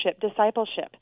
discipleship